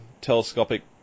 telescopic